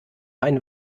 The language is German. einen